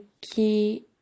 key